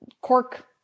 cork